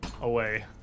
away